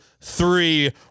three